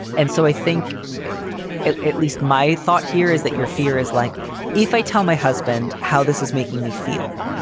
and so i think at least my thought here is that your fear is like if i tell my husband how this is making me feel.